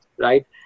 right